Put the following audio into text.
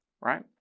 Right